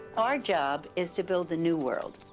our job is to build the new world.